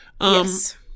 Yes